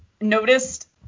noticed